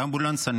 תודה.